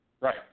Right